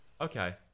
okay